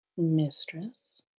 mistress